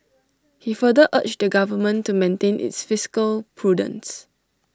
he further urged the government to maintain its fiscal prudence